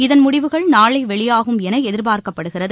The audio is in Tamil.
இதன் முடிவுகள் நாளை வெளியாகும் என எதிர்பார்க்கப்படுகிறது